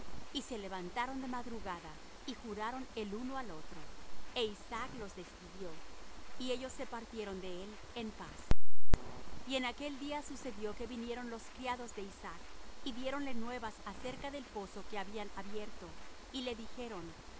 y se levantaron de madrugada y juraron el uno al otro é isaac los despidió y ellos se partieron de él en paz y en aquel día sucedió que vinieron los criados de isaac y diéronle nuevas acerca del pozo que habían abierto y le dijeron